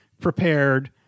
prepared